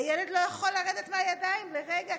והילד לא יכול לרדת מהידיים לרגע,